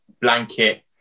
blanket